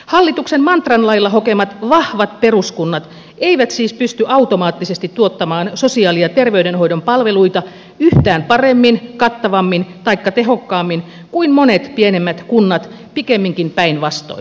hallituksen mantran lailla hokemat vahvat peruskunnat eivät siis pysty automaattisesti tuottamaan sosiaali ja terveydenhoidon palveluita yhtään paremmin kattavammin taikka tehokkaammin kuin monet pienemmät kunnat pikemminkin päinvastoin